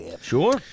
Sure